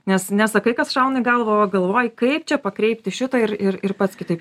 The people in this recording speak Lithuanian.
nes nesakai kas šauna į galvą o galvoji kaip čia pakreipti šitą ir ir ir pats kitaip